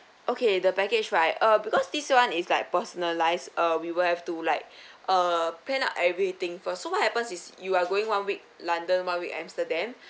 okay the package right uh because this one is like personalised uh we will have to like uh plan up everything first so what happens is you are going one week london one week amsterdam